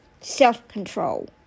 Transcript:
self-control